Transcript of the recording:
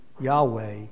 Yahweh